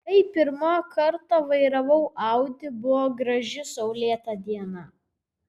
kai pirmą kartą vairavau audi buvo graži saulėta diena